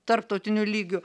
tarptautiniu lygiu